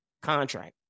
contract